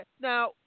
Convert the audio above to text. now